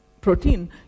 protein